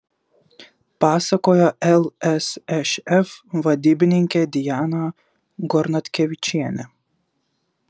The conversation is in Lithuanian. pasakojo lsšf vadybininkė diana gornatkevičienė